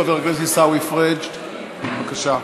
חבר הכנסת עיסאווי פריג', בבקשה.